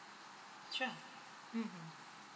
sure mm